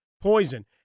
poison